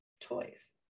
toys